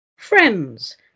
Friends